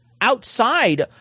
Outside